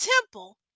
temple